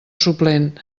suplent